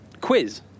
quiz